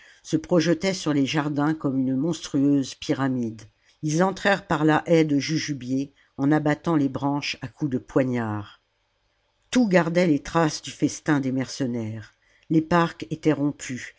se projetait sur les jardins comme une monstrueuse pyramide ils entrèrent par la haie de jujubiers en abattant les branches à coups de poignard tout gardait les traces du festin des mercenaires les parcs étaient rompus